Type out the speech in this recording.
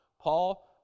Paul